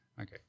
Okay